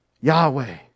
Yahweh